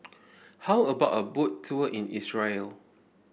how about a Boat Tour in Israel